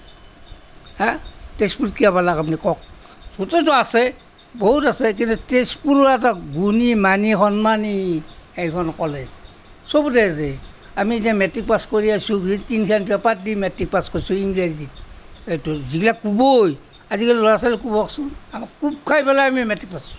হা তেজপুৰত কিয় পালে আপুনি কওঁক গোটেইতো আছে বহুত আছে কিন্তু তেজপুৰৰ এটা গুণী মানী সন্মানী এখন কলেজ চবতে আছে আমি এতিয়া মেট্ৰিক পাছ কৰি আহিছোঁ তিনিখন পেপাৰ দি মেট্ৰিক পাছ কৰিছোঁ ইংৰাজীত আজিকালি ল'ৰা ছোৱালীক কোবাওঁকচোন কোব খাই পেলাই আমি মেট্ৰিক পাছ কৰিছোঁ